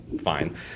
Fine